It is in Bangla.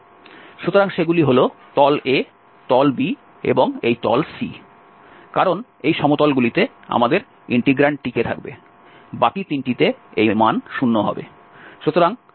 সুতরাং সেগুলো হল তল A তল B এবং এই তল C কারণ এই সমতলগুলিতে আমাদের ইন্টিগ্র্যান্ড টিঁকে থাকবে বাকি তিনটিতে এই মান 0 হবে